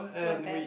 not bad